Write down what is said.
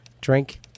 Drink